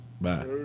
Bye